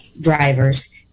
drivers